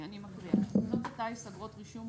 תקנות הטיס (אגרות רישום,